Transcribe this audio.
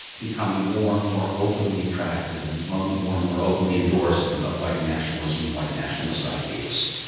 becoming more and more openly attracted and more more and more openly endorsing of white nationalism and white nationalist ideas